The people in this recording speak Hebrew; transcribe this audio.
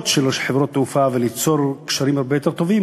של חברות תעופה וליצור קשרים הרבה יותר טובים,